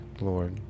Lord